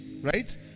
right